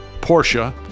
Porsche